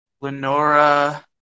Lenora